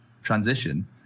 transition